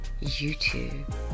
YouTube